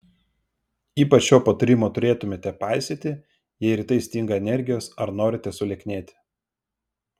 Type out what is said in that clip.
ypač šio patarimo turėtumėte paisyti jei rytais stinga energijos ar norite sulieknėti